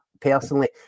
personally